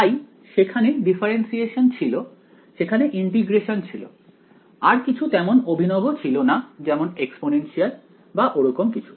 তাই সেখানে ডিফারেন্সিয়েশন ছিল সেখানে ইন্টিগ্রেশন ছিল আর কিছু তেমন অভিনব ছিল না যেমন এক্সপোনেনশিয়াল বা ওরকম কিছু